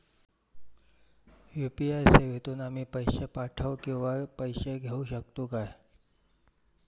UPI सेवेतून आम्ही पैसे पाठव किंवा पैसे घेऊ शकतू काय?